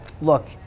look